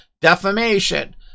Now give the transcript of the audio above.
Defamation